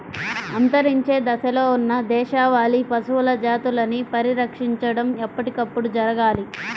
అంతరించే దశలో ఉన్న దేశవాళీ పశువుల జాతులని పరిరక్షించడం ఎప్పటికప్పుడు జరగాలి